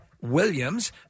Williams